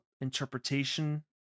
interpretation